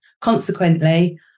Consequently